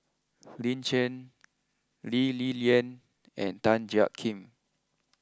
Lin Chen Lee Li Lian and Tan Jiak Kim